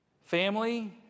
family